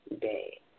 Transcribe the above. day